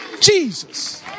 Jesus